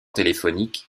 téléphonique